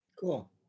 Cool